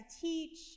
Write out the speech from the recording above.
teach